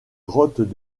grottes